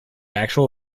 actual